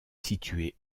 situé